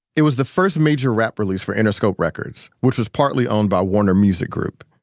it was the first major rap release for interscope records, which was partly owned by warner music group.